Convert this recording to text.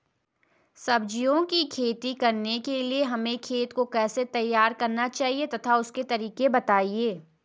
सब्जियों की खेती करने के लिए हमें खेत को कैसे तैयार करना चाहिए तथा उसके तरीके बताएं?